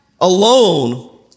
Alone